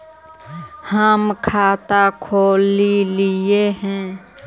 हम खाता खोलैलिये हे?